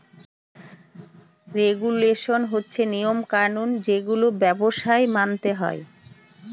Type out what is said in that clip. regulation হচ্ছে নিয়ম কানুন যেগুলো ব্যবসায় মানতে হয়